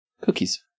Cookies